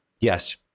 Yes